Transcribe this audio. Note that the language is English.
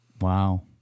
Wow